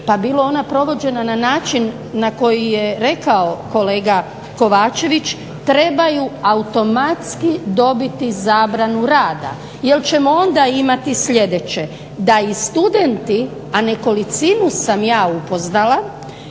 pa bila ona provođena na način na koji je rekao kolega Kovačević, trebaju automatski dobiti zabranu rada jer ćemo onda imati sljedeće, da i studenti, a nekolicinu sam ja upoznala,